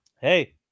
hey